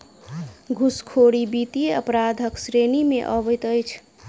घूसखोरी वित्तीय अपराधक श्रेणी मे अबैत अछि